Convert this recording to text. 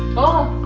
oh,